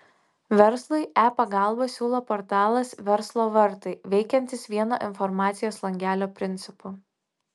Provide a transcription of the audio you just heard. verslui e pagalbą siūlo portalas verslo vartai veikiantis vieno informacijos langelio principu